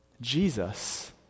Jesus